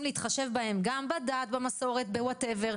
להתחשב בהם גם מבחינת הדת והמסורת ומה שלא יהיה,